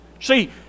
See